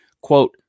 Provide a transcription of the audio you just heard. quote